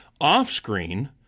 off-screen